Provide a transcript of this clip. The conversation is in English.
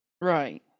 right